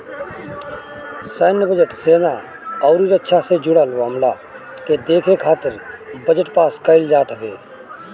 सैन्य बजट, सेना अउरी रक्षा से जुड़ल मामला के देखे खातिर बजट पास कईल जात हवे